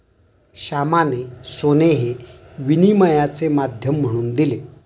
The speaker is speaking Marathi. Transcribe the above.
श्यामाने सोने हे विनिमयाचे माध्यम म्हणून दिले